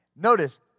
Notice